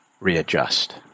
readjust